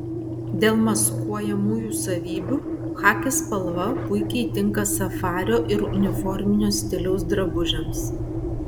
dėl maskuojamųjų savybių chaki spalva puikiai tinka safario ir uniforminio stiliaus drabužiams